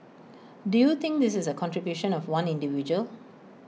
do you think this is the contribution of one individual